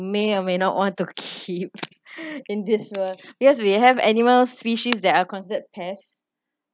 may or may not want to keep in this world because we have animal species that are considered pests